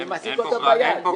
אני מחזיק אותה ביד.